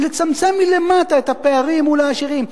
לצמצם מלמטה את הפערים מול העשירים.